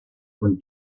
von